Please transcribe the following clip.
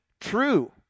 true